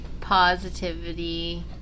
positivity